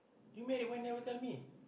you married why never tell me